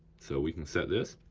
so we can set this,